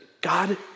God